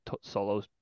solo